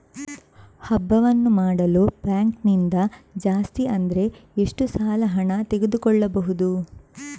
ಹಬ್ಬವನ್ನು ಮಾಡಲು ಬ್ಯಾಂಕ್ ನಿಂದ ಜಾಸ್ತಿ ಅಂದ್ರೆ ಎಷ್ಟು ಸಾಲ ಹಣ ತೆಗೆದುಕೊಳ್ಳಬಹುದು?